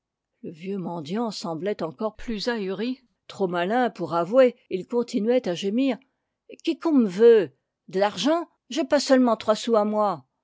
le vieux mendiant semblait encore plus ahuri trop malin pour avouer il continuait à gémir qu'è qu'on m'veut d'largent j'ai pas seulement trois sous à moi